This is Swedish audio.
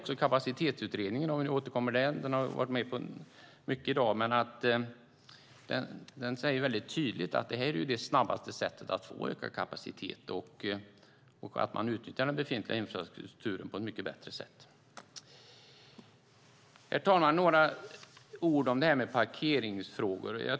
Kapacitetsutredningen - för att återvända till den, för den har ju varit på tal mycket i dag - säger mycket tydligt att detta är det snabbaste sättet att få ökad kapacitet och utnyttja den befintliga infrastrukturen på ett mycket bättre sätt. Herr talman! Så några ord om parkeringsfrågorna.